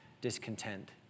discontent